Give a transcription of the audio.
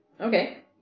Okay